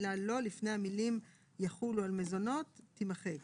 המילה לא לפני המילים "יחולו על מזונות" תימחק,